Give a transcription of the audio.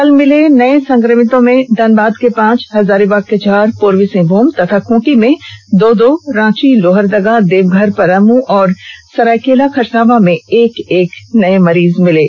कल मिले नए संक्रमितों में धनबाद के पांच हजारीबाग के चार पूर्वी सिंहभूम तथा खूंटी में दो दो रांची लोहरदगा देवघर पलामू और सरायकेला खरसावां में एक एक नए मरीज मिले